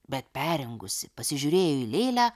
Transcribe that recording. bet perrengusi pasižiūrėjo į lėlę